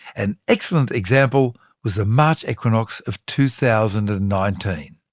an excellent example was the march equinox of two thousand and nineteen.